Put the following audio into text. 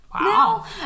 Wow